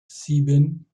sieben